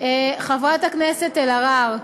חברת הכנסת אלהרר,